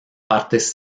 partes